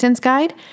guide